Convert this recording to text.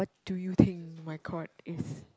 do you think my card is